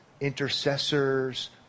intercessors